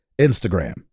Instagram